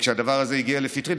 וכשהדבר הזה הגיע לפתחי,